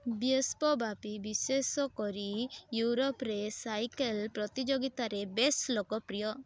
ବିଶ୍ୱବ୍ୟାପୀ ବିଶେଷ କରି ୟୁରୋପରେ ସାଇକେଲ୍ ପ୍ରତିଯୋଗିତା ବେଶ୍ ଲୋକପ୍ରିୟ